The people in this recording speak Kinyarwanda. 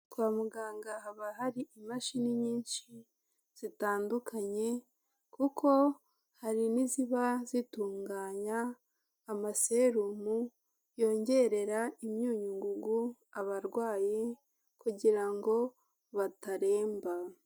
Kwa muganga haba hari imashini nyinshi zitandukanye, kuko hari n'iziba zitunganya amaserumu, yongerera imyunyungugu abarwayi kugira ngo bataremba.